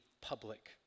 public